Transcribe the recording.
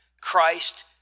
Christ